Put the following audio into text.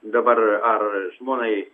dabar ar žmonai